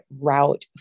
route